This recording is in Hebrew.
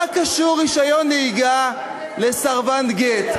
מה קשור רישיון נהיגה לסרבן גט?